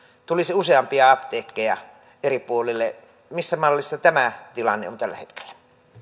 tulisi useampia apteekkeja eri puolille missä mallissa tämä tilanne on tällä hetkellä